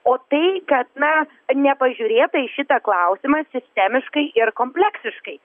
o tai kad na nepažiūrėta į šitą klausimą sistemiškai ir kompleksiškai